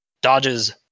Dodges